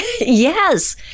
Yes